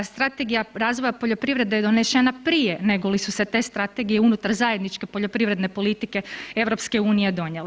Strategija razvoja poljoprivrede je donešena prije nego li su se te strategije unutar zajedničke poljoprivredne politike EU donijele.